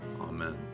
Amen